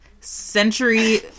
century